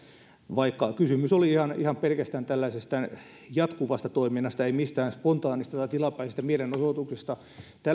vaikka kysymys oli ihan ihan pelkästään jatkuvasta toiminnasta ei mistään spontaanista tai tilapäisestä mielenosoituksesta